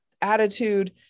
attitude